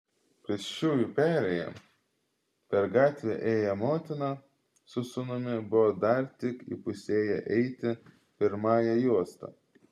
pėsčiųjų perėja per gatvę ėję motina su sūnumi buvo dar tik įpusėję eiti pirmąja juosta